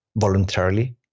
voluntarily